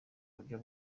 buryo